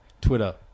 Twitter